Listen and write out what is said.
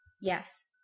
Yes